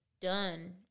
done